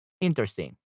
Interesting